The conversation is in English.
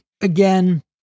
again